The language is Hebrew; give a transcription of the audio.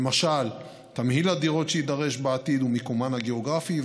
למשל תמהיל הדירות שיידרש בעתיד ומיקומן הגיאוגרפי,